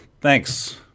thanks